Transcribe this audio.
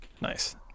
Nice